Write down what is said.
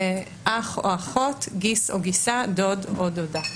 אח או אחות, גיס או גיסה, דוד או דודה".